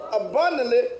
abundantly